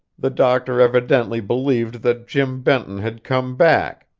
the doctor evidently believed that jim benton had come back,